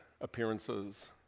appearances